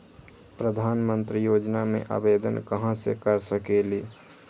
प्रधानमंत्री योजना में आवेदन कहा से कर सकेली?